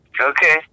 Okay